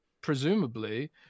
presumably